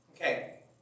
Okay